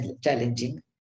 challenging